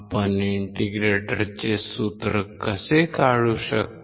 आपण इंटिग्रेटरचे सूत्र कसे काढू शकतो